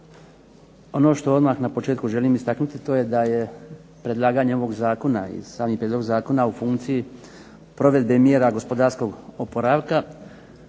Ono što odmah na početku želim istaknuti to je da je predlaganje ovog zakona i sami prijedlog zakona u funkciji provedbe mjera gospodarskog oporavka